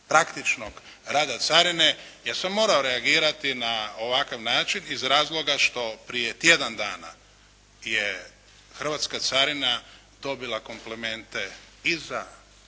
praktičnog rada carine. Ja sam morao reagirati na ovakav način iz razloga što prije tjedan dana je hrvatska carina dobila komplimente i za